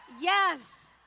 yes